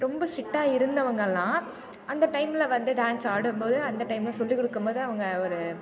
ரொம்ப ஸ்ரிட்டாக இருந்தவங்கெல்லாம் அந்த டைம்ல வந்து டான்ஸ் ஆடும்போது அந்த டைம்ல சொல்லிக் கொடுக்கும்போது அவங்க ஒரு